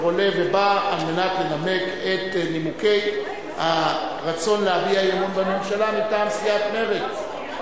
אשר עולה ובא לנמק את נימוקי הרצון להביע אי-אמון בממשלה מטעם סיעת מרצ.